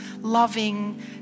loving